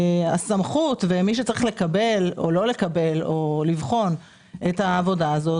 הסמכות ומי שצריך לקבל או לא לקבל או לבחון את העבודה הזאת,